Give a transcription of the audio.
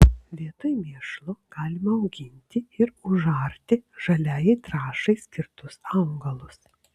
vietoj mėšlo galima auginti ir užarti žaliajai trąšai skirtus augalus